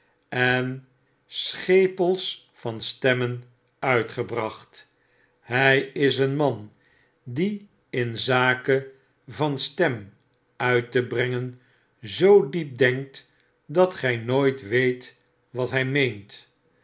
en schepels van stemmen uitgebracht hj is een man die in zake van stem uit te brengen zoo diep denkt dat gjj nooit weet wat hij meent